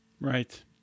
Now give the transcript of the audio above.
Right